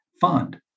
fund